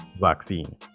vaccine